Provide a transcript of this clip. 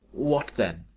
what then?